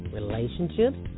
relationships